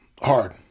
hard